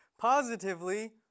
positively